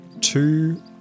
two